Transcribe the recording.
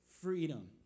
freedom